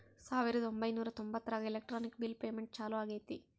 ಸಾವಿರದ ಒಂಬೈನೂರ ತೊಂಬತ್ತರಾಗ ಎಲೆಕ್ಟ್ರಾನಿಕ್ ಬಿಲ್ ಪೇಮೆಂಟ್ ಚಾಲೂ ಆಗೈತೆ